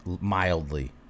Mildly